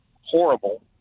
horrible